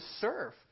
serve